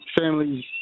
families